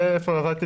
עבדתי